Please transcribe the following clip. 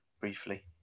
briefly